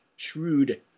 shrewd